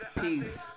Peace